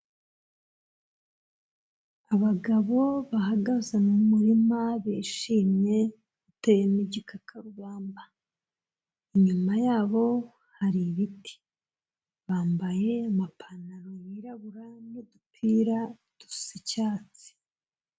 Abagabo bahagaze mu murima bishimye, uteyemo igikakarubamba, inyuma yabo hari ibiti, bambaye amapantaro yirabura, n'udupira dusa icyatsi.